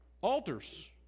Altars